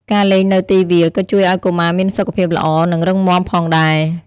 ការលេងនៅទីវាលក៏ជួយឲ្យកុមារមានសុខភាពល្អ និងរឹងមាំផងដែរ។